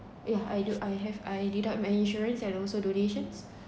yeah I do I have I did my insurance and also donations